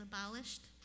abolished